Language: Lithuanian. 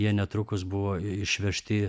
jie netrukus buvo išvežti